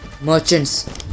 merchants